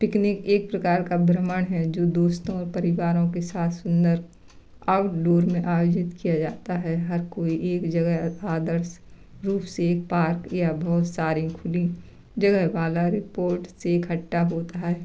picnic एक प्रकार का भ्रमण है जो दोस्तों और परिवारों के साथ सुंदर आउटडोर में आयोजित किया जाता है हर कोई एक जगह अथ अदर्स रूप से एक पार्क या बहुत सारी खुली जगह वाला रिपोट्स इकट्ठा होता है